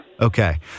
Okay